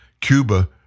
Cuba